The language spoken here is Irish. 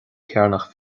chearnach